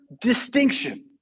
distinction